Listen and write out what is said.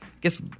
guess